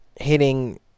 hitting